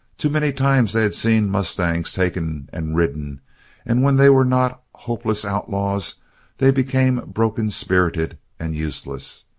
too many times they had seen mustangs taken and ridden and when they were not hopeless outlaws they became broken-spirited and useless,